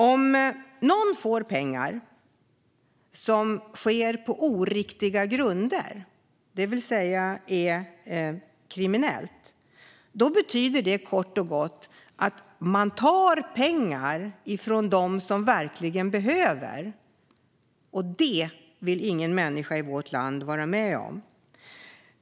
Om någon får pengar på oriktiga grunder, det vill säga på ett sätt som är kriminellt, betyder det kort och gott att man tar pengar från dem som verkligen behöver dem. Det vill ingen människa i vårt land vara med om.